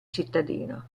cittadino